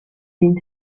این